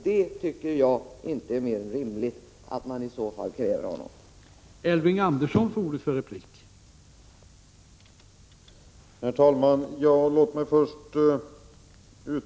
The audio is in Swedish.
Jag tycker inte att det är mer än rimligt att man i så fall kräver honom på ersättning.